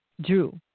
drew